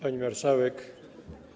Pani Marszałek!